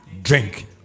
Drink